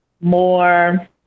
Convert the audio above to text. more